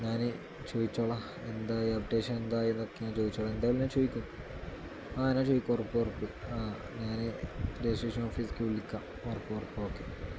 ഞാൻ ചോദിച്ചോളാം എന്തായി അപ്ഡേഷൻ എന്തായി എന്നൊക്കെ ഞാൻ ചോദിച്ചോളാം എന്തായാലും ഞാൻ ചോദിക്കും ആ ഞാൻ ചോദിക്കും ഉറപ്പ് ഉറപ്പ് ആ ഞാൻ രെജിസ്ട്രേഷൻ ഓഫീസക്ക് വിളിക്കാം ഉറപ്പ് ഉറപ്പ് ഓക്കെ